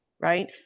Right